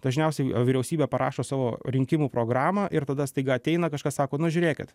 dažniausiai vyriausybė parašo savo rinkimų programą ir tada staiga ateina kažkas sako nu žiūrėkit